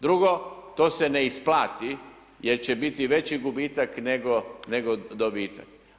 Drugo to se ne isplati, jer će biti veći gubitak nego dobitak.